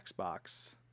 Xbox